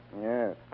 Yes